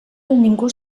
ningú